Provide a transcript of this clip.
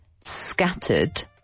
scattered